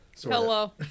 Hello